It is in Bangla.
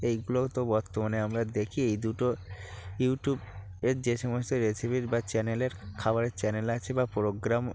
এইগুলোও তো বর্তমানে আমরা দেখি এই দুটো ইউটিউব এর যে সমস্ত রেসিপির বা চ্যানেলের খাওয়ারের চ্যানেল আছে বা প্রোগ্রাম